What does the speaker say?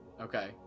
Okay